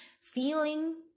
feeling